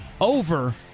over